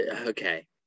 okay